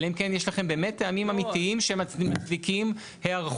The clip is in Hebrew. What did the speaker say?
אלא אם כן יש לכם באמת טענים אמיתיים שמצדיקים היערכות.